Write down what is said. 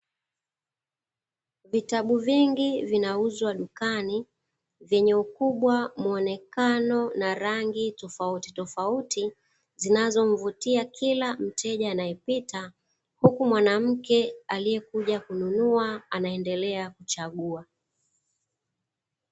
Vitabu vingi vinauzwa dukani, vyenye ukubwa muonekano na rangi tofautitofauti, zinazomvutia kila mteja anayepita, huku mwanamke aliyekuja kununua anaendelea kuchagua.